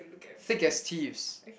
thick as thieves